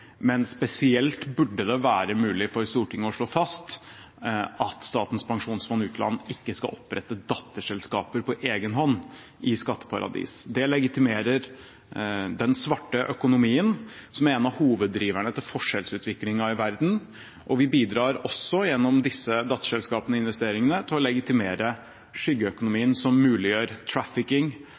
Spesielt burde det være mulig for Stortinget å slå fast at Statens pensjonsfond utland ikke skal opprette datterselskaper på egen hånd i skatteparadis. Det legitimerer den svarte økonomien, som er en av hoveddriverne til forskjellsutviklingen i verden. Vi bidrar også gjennom disse datterselskap-investeringene til å legitimere skyggeøkonomien som muliggjør trafficking,